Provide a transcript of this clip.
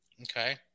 Okay